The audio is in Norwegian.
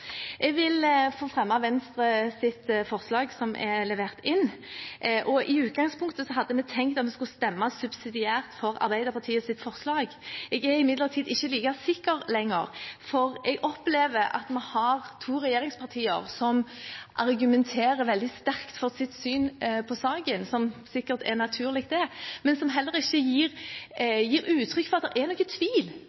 Jeg vil få fremme Venstres forslag som er levert inn. I utgangspunktet hadde vi tenkt at vi skulle stemme subsidiært for Arbeiderpartiets forslag. Jeg er imidlertid ikke like sikker lenger, for jeg opplever at vi har to regjeringspartier som argumenterer veldig sterkt for sitt syn i saken, som naturlig er, men som heller ikke gir